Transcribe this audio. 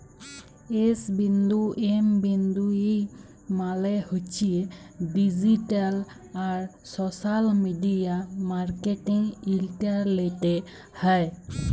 S বিন্দু M বিন্দু E মালে হছে ডিজিট্যাল আর সশ্যাল মিডিয়া মার্কেটিং ইলটারলেটে হ্যয়